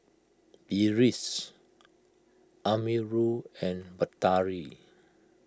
Deris Amirul and Batari